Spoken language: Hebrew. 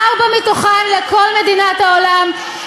ארבע מתוכן לכל מדינות העולם,